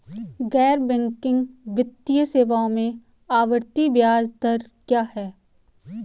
गैर बैंकिंग वित्तीय सेवाओं में आवर्ती ब्याज दर क्या है?